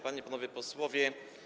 Panie i Panowie Posłowie!